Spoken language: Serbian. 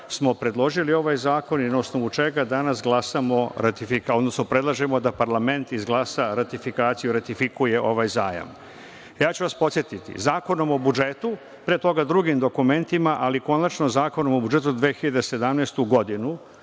smo predložili ovaj zakon i na osnovu čega danas glasamo, odnosno predlažemo da parlament izglasa ratifikaciju, ratifikuje ovaj zajam. Ja ću vas podsetiti, Zakonom o budžetu, pre toga drugim dokumentima, ali konačno Zakonom o budžetu za 2017. godinu